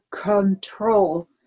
control